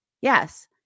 Yes